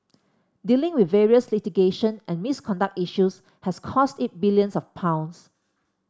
dealing with various litigation and misconduct issues has cost it billions of pounds